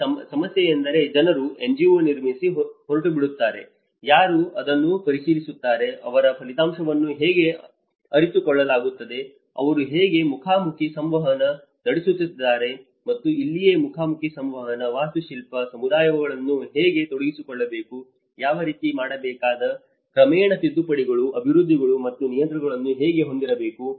ಇಲ್ಲಿ ಸಮಸ್ಯೆಯೆಂದರೆ ಜನರು NGO ನಿರ್ಮಿಸಿ ಹೊರಟುಬಿಡುತ್ತಾರೆ ಯಾರು ಅದನ್ನು ಪರಿಶೀಲಿಸುತ್ತಾರೆ ಅವರ ಫಲಿತಾಂಶವನ್ನು ಹೇಗೆ ಅರಿತುಕೊಳ್ಳಲಾಗುತ್ತದೆ ಅವರು ಹೇಗೆ ಮುಖಾಮುಖಿ ಸಂವಹನ ನಡೆಸುತ್ತಿದ್ದಾರೆ ಮತ್ತು ಇಲ್ಲಿಯೇ ಮುಖಾಮುಖಿ ಸಂವಹನ ವಾಸ್ತುಶಿಲ್ಪಿ ಸಮುದಾಯವನ್ನು ಹೇಗೆ ತೊಡಗಿಸಿಕೊಳ್ಳಬೇಕು ಯಾವ ರೀತಿ ಮಾಡಬೇಕಾದ ಕ್ರಮೇಣ ತಿದ್ದುಪಡಿಗಳು ಅಭಿವೃದ್ಧಿ ಮತ್ತು ನಿಯಂತ್ರಣವನ್ನು ಹೇಗೆ ಹೊಂದಿರಬೇಕು